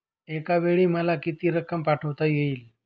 एकावेळी मला किती रक्कम पाठविता येईल?